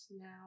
now